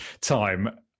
time